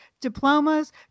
diplomas